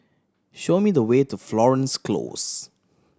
show me the way to Florence Close